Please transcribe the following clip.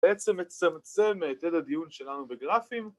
‫בעצם מצמצמת את הדיון שלנו בגרפים.